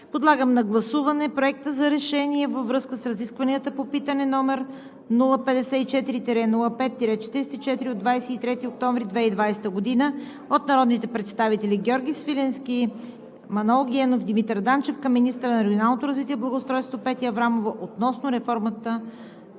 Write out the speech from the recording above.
подлагам на гласуване Проекта на решение във връзка с разискванията по питане, № 054-05-44 от 23 октомври 2020 г., от народните представители Георги Свиленски, Манол Генов и Димитър Данчев към министъра на регионалното развитие и благоустройството Петя Аврамова относно реформата